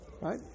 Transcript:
Right